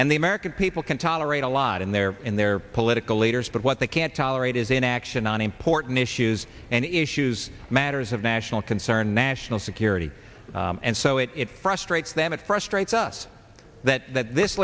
and the american people can tolerate a lot in their in their political leaders but what they can't tolerate is inaction on important issues and issues matters of national concern national security and so it it frustrates them it frustrates us that th